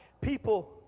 people